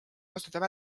kasutab